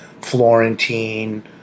Florentine